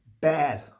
bad